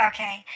Okay